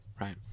right